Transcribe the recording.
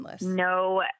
no